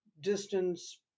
distance